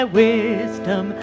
wisdom